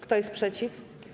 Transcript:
Kto jest przeciw?